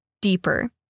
deeper